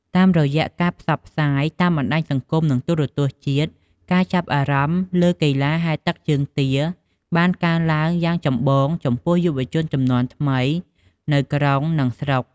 តាមរយៈការផ្សាយផ្សព្វផ្សាយតាមបណ្តាញសង្គម និងទូរទស្សន៍ជាតិ ការចាប់អារម្មណ៍លើកីឡាហែលទឹកជើងទាបានកើនឡើងយ៉ាងចម្បងចំពោះយុវជនជំនាន់ថ្មីនៅក្រុងនិងស្រុក។